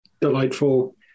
delightful